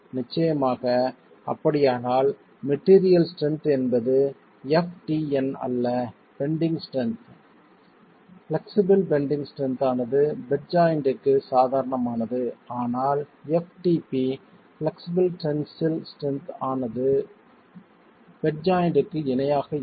நிச்சயமாக அப்படியானால் material strength என்பது ftn அல்ல bending strength flexible bending strength ஆனது பெட் ஜாயின்ட்க்கு சாதாரணமானது ஆனால் ftp பிளக்ஸ்பில் டென்சில் ஸ்ட்ரென்த் ஆனது பெட் ஜாயின்ட்க்கு இணையாக இருக்கும்